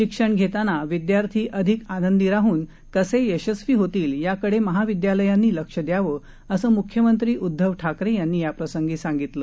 शिक्षण घेताना विद्यार्थी अधिक आनंदी राहून कसे यशस्वी होतील याकडे महाविद्यालयांनी लक्ष द्यावं असं मुख्यमंत्री उद्धव ठाकरे यांनी याप्रसंगी सांगितलं